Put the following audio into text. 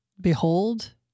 Behold